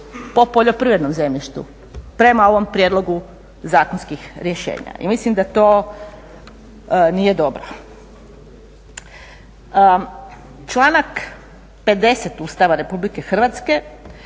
Po poljoprivrednom zemljištu prema ovom prijedlogu zakonskih rješenja. I mislim da to nije dobro. Članak 50. Ustava Republike Hrvatske